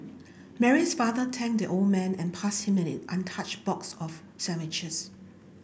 Mary's father thanked the old man and passed him an untouched box of sandwiches